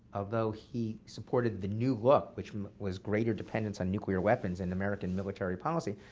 although he supported the new look, which was greater dependence on nuclear weapons in american military policy,